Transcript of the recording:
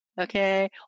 Okay